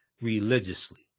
religiously